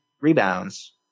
rebounds